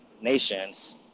nations